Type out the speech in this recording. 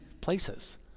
places